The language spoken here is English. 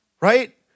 Right